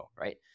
right